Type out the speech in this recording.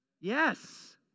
Yes